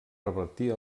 revertir